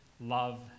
love